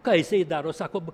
ką jisai daro sakome